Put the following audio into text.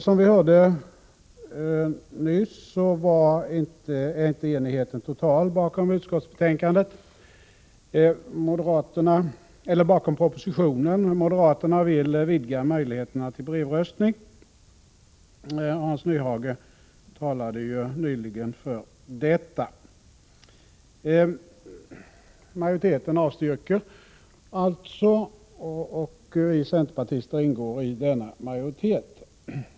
Som vi hörde nyss är enigheten bakom propositionen inte total. Moderaterna vill vidga möjligheterna till brevröstning, vilket Hans Nyhage talade för. Utskottsmajoriteten, som vi centerpartister ingår i, avstyrker detta.